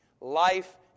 life